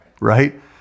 right